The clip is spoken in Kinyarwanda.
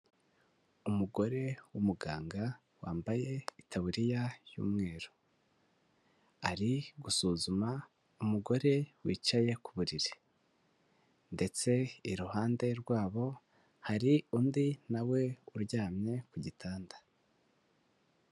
Umugore w'umuganga wambaye itaburiya y'umweru, ari gusuzuma umugore wicaye ku buriri ndetse iruhande rwabo hari undi nawe uryamye ku gitanda.